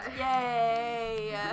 Yay